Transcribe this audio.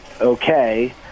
okay